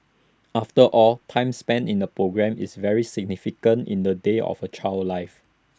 after all time spent in A programme is very significant in the day of A child's life